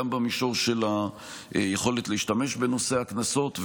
גם במישור של היכולת להשתמש בנושא הקנסות,